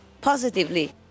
positively